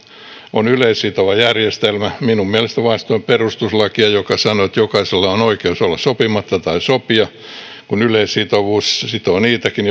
on yleissitova järjestelmä minun mielestäni vastoin perustuslakia joka sanoo että jokaisella on oikeus olla sopimatta tai sopia kun yleissitovuus sitoo niitäkin